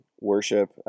worship